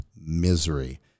misery